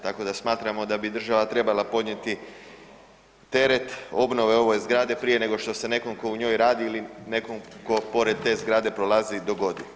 Tako da smatramo da bi država trebala podnijeti teret obnove ove zgrade prije nego što se nekom ko u njoj radi ili nekom ko pored te zgrade prolazi dogodi.